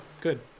good